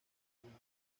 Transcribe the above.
ilegal